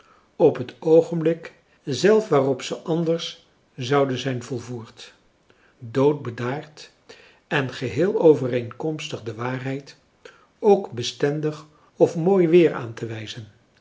op het oogenblik zelf waarop ze anders zouden zijn volvoerd dood bedaard en geheel overeenkomstig de waarheid ook bestendig of mooi weer aan te wijzen